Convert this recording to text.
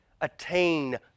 attain